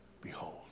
Behold